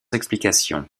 explication